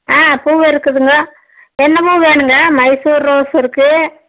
ஆ பூ இருக்குதுங்க என்னங்க வேணும்ங்க மைசூர் ரோஸ் இருக்குது